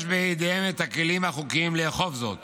יש בידיהם את הכלים החוקיים לאכוף זאת